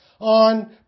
on